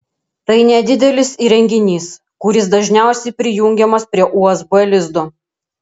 tai nedidelis įrenginys kuris dažniausiai prijungiamas prie usb lizdo